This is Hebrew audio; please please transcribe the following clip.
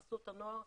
חסות הנוער,